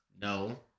no